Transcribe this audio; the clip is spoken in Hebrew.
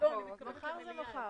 במליאה.